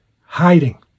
hiding